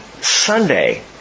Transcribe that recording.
Sunday